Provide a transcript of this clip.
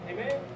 Amen